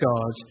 God